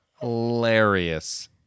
Hilarious